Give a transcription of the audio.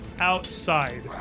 outside